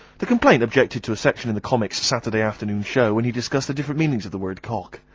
the complaint objected to a sexual and the comics saturday afternoon show when he discussed the different meanings of the word cock,